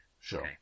Sure